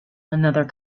another